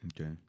Okay